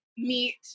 meet